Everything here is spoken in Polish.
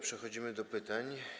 Przechodzimy do pytań.